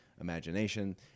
imagination